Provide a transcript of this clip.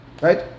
Right